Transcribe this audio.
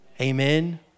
Amen